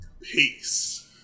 Peace